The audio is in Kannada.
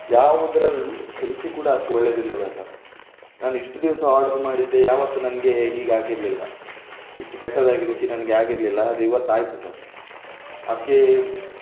ಯಾವುದರ ರುಚಿ ಕೂಡ ಅಷ್ಟು ಒಳ್ಳೆಯದಿರಲಿಲ್ಲ ಸರ್ ನಾನಿಷ್ಟು ದಿವಸ ಆರ್ಡರ್ ಮಾಡಿದ್ದೆ ಯಾವತ್ತೂ ನನಗೆ ಹೀಗಾಗಿರಲಿಲ್ಲ ಇಷ್ಟು ಕೆಟ್ಟದಾಗಿ ರುಚಿ ನನಗೆ ಆಗಿರಲಿಲ್ಲ ಆದರೆ ಇವತ್ತು ಆಯಿತು ಸರ್ ಅದಕ್ಕೆ